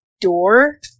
door